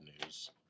news